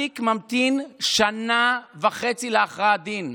התיק ממתין שנה וחצי להכרעת דין.